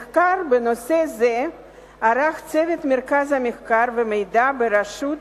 את המחקר בנושא זה ערך צוות ממרכז המחקר והמידע בראשות